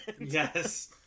Yes